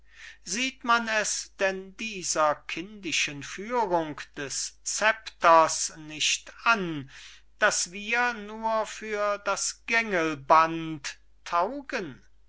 sieht man es denn dieser kindischen führung des scepters nicht an daß wir nur für das gängelband taugen